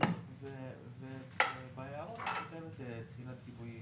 יקרה אם הרבנות לא תכלול בו.